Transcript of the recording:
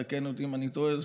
תקן אותי אם אני טועה,